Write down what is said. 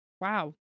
wow